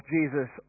Jesus